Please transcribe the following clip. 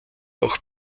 auch